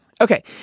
Okay